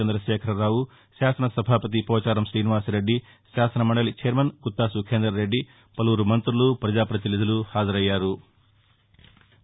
చందశేఖరరావు శాసన సభాపతి పోచారం శ్రీనివాసరెద్ది శాసన మండలి ఛైర్మన్ గుత్తా సుఖేందర్రెడ్డి పలుపురు మంతులు పజాపతినిధులు హాజరయ్యారు